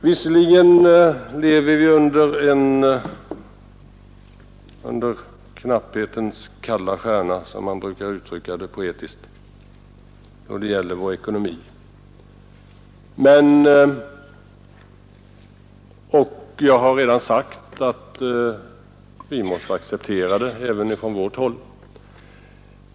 Visserligen lever vi under knapphetens kalla stjärna, som man brukar uttrycka sig poetiskt, då det gäller vår ekonomi. Jag har redan sagt att vi från vårt håll måste acceptera detta.